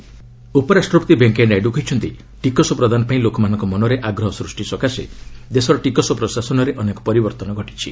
VP IRS officer ଉପରାଷ୍ଟ୍ରପତି ଭେଙ୍କିୟା ନାଇଡୁ କହିଛନ୍ତି ଟିକସ ପ୍ରଦାନ ପାଇଁ ଲୋକମାନଙ୍କ ମନରେ ଆଗ୍ରହ ସୃଷ୍ଟି ସକାଶେ ଦେଶର ଟିକସ ପ୍ରଶାସନରେ ଅନେକ ପରିବର୍ତ୍ତନ ଘଟିଛି